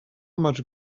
much